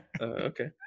Okay